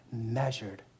measured